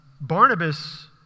Barnabas